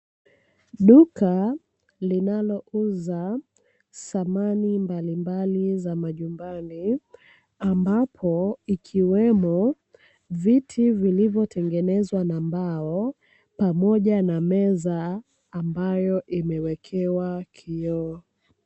Duka linalouza samani mbalimbali za majumbani, ambapo ikiwemo viti vilivyotengenezwa kwa mbao pamoja na meza ambayo imewekewa kioo.